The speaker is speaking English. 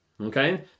okay